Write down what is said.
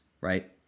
right